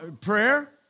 prayer